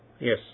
yes